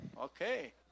Okay